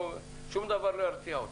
שום דבר לא ירתיע אותם.